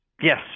Yes